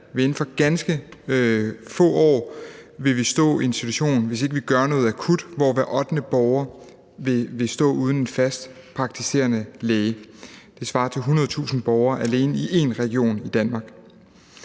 inden for ganske få år stå i en situation, hvis vi ikke gør noget akut, hvor hver ottende borger vil stå uden en fast praktiserende læge. Det svarer til 100.000 borgere alene i én region i Danmark.